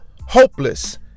hopeless